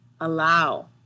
allow